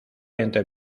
entre